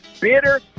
bitter